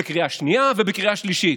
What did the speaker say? בקריאה שנייה ובקריאה שלישית,